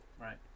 right